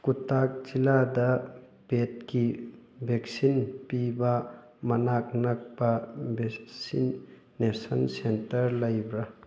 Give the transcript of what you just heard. ꯀꯨꯠꯇꯛ ꯖꯤꯜꯂꯥꯗ ꯄꯦꯠꯀꯤ ꯕꯦꯛꯁꯤꯟ ꯄꯤꯕ ꯃꯅꯥꯛ ꯅꯛꯄ ꯕꯦꯛꯁꯤꯅꯦꯁꯟ ꯁꯦꯟꯇꯔ ꯂꯩꯕ꯭ꯔꯥ